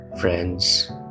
friends